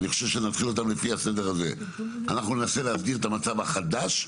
אני חושב שנתחיל אותם לפי הסדר הזה: ננסה להגדיר את המצב החדש,